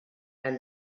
and